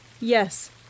Yes